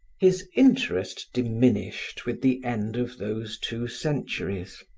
his interest diminished with the end of those two centuries.